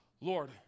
Lord